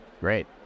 Great